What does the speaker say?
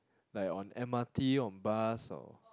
like on M_R_T on bus or